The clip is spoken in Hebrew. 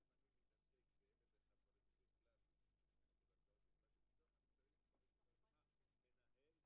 זה לא כוח אדם